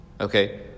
Okay